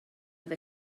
oedd